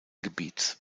gebiets